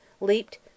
leaped